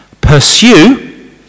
Pursue